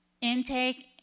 Intake